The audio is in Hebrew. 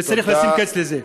וצריך לשים קץ לזה.